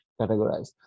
categorized